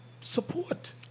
support